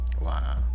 Wow